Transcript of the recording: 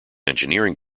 engineering